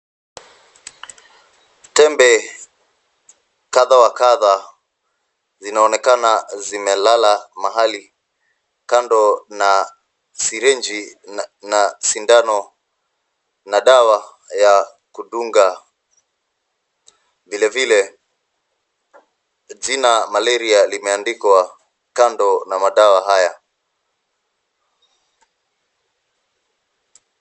Tembe kadhaa wa kadhaa zinaonekana zimelala mahali kando na sirinji na sindano na dawa ya kudunga. Vile vile jina malaria limeandikwa kando na madawa haya.